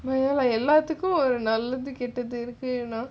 நான்எல்லாத்துக்கும்ஒருநல்லதுகெட்டதுஇருக்கு: naan elladhukkum oru nalladhu kettadhu irukku